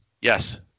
yes